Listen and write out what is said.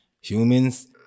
humans